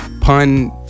pun